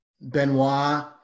Benoit